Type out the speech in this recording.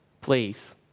Please